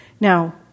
Now